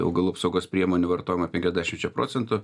augalų apsaugos priemonių vartojimą penkiasdešimčia procentų